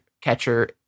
catcher